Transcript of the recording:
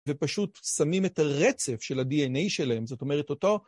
ופשוט שמים את הרצף של ה-DNA שלהם, זאת אומרת אותו